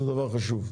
זה דבר חשוב.